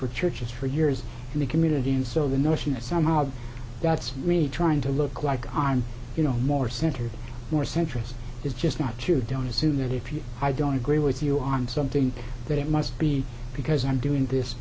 for churches for years in the community and so the notion that somehow that's really trying to look like i'm you know more centered more centrist is just not true don't assume that if you i don't agree with you on something that it must be because i'm doing this